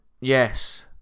yes